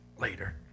later